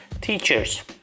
Teachers